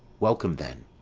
welcome then.